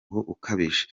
ukabije